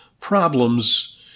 problems